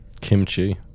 Kimchi